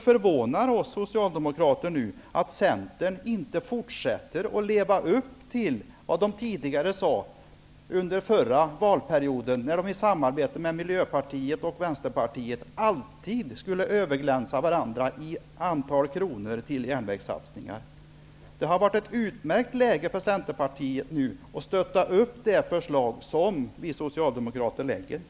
förvånar oss socialdemokrater nu att Centern inte fortsätter att leva upp till vad man sade under förra valperioden, när Centern, Miljöpartiet och Vänsterpartiet alltid skulle överglänsa varandra i antalet kronor till järnvägssatsningar. Det hade varit ett utmärkt läge för Centern att nu stötta det förslag som vi socialdemokrater framlägger.